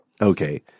Okay